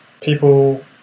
people